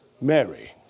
Mary